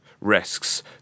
risks